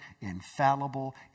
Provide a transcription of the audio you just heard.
infallible